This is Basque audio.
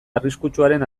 arriskutsuaren